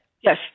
Yes